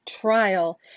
trial